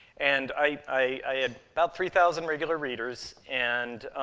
and i had about three thousand regular readers, and